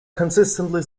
consistently